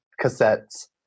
cassettes